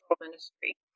ministry